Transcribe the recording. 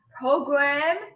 program